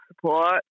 support